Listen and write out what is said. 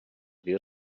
dir